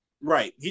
Right